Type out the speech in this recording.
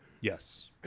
Yes